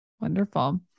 wonderful